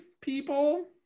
people